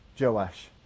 Joash